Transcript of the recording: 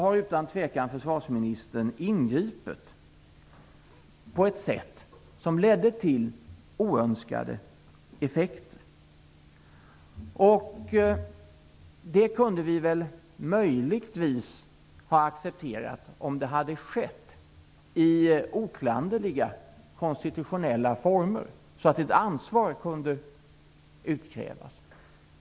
I det aktuella fallet har försvarsministern utan tvivel ingripit på ett sätt som fick oönskade effekter. Det kunde vi väl möjligtvis ha accepterat, om det hade skett i oklanderliga konstitutionella former, så att ett ansvar hade kunnat utkrävas.